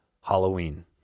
Halloween